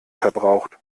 verbraucht